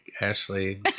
Ashley